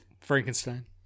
Frankenstein